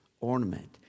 ornament